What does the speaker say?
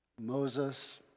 Moses